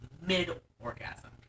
mid-orgasm